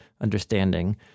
understanding